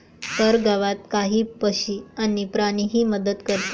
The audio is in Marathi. परगावात काही पक्षी आणि प्राणीही मदत करतात